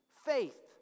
faith